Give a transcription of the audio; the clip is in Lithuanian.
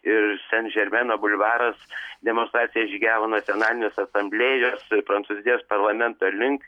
ir sen žermeno bulvaras demonstracija žygiavo nacionalinės asamblėjos ir prancūzijos parlamento link